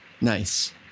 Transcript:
Nice